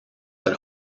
but